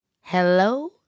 hello